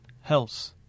health